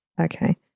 Okay